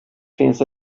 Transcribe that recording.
finns